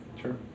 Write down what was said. sure